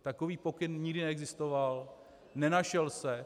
Takový pokyn nikdy neexistoval, nenašel se.